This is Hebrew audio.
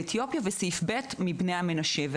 אתיופיה ושל סעיף ב' לעולי בני המנשה.